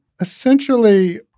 essentially